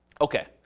Okay